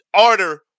order